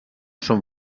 són